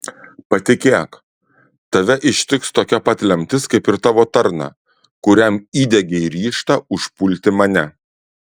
patikėk tave ištiks tokia pat lemtis kaip ir tavo tarną kuriam įdiegei ryžtą užpulti mane